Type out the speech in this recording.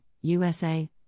USA